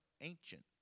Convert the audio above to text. ancient